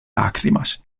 lacrimas